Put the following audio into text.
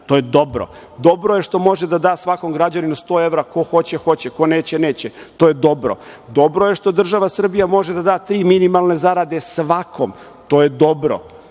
To je dobro. Dobro je što može da da svakom građaninu 100 evra. Ko hoće, hoće, ko neće, neće. To je dobro. Dobro je što država Srbija može da da tri minimalne zarade svakom. To je dobro.